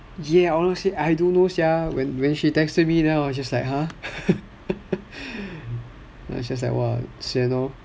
ya honestly I don't know sia when she texted me I was just like !huh! then I was just like !wah! sian lor